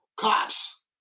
cops